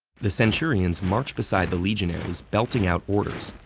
the centurions march beside the legionaries belting out orders,